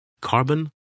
Carbon